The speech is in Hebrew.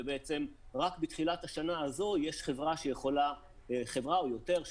ורק בתחילת השנה הזאת יש חברה או יותר,